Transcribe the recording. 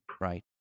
Right